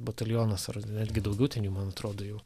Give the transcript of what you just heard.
batalionas ar netgi daugiau ten jų man atrodo jau